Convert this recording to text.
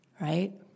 right